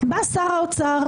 בא שר האוצר,